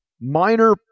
minor